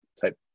type